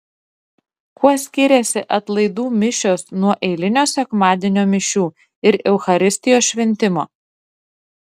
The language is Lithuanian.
kuo skiriasi atlaidų mišios nuo eilinio sekmadienio mišių ir eucharistijos šventimo